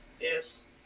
Yes